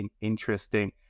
interesting